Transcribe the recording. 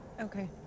Okay